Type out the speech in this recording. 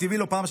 הטבעי לא פעם,